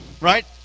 right